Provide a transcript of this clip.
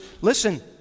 listen